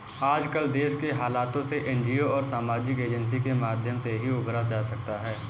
आजकल देश के हालातों से एनजीओ और सामाजिक एजेंसी के माध्यम से ही उबरा जा सकता है